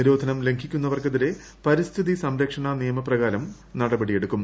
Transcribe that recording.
നിരോധനം ലംഘിക്കുന്നവർക്കെതിരെ പരിസ്ഥിതീ സ്ഥാർക്ഷണ നിയമപ്രകാരം നടപടിയെടുക്കും